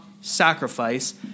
sacrifice